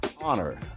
honor